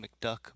McDuck